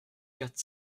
quatre